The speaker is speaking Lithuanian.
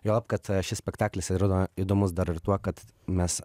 juolab kad šis spektaklis yra įdomus dar ir tuo kad mes